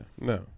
No